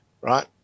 Right